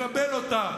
מקבל אותה,